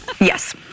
Yes